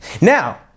Now